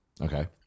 Okay